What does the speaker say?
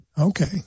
Okay